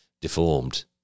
deformed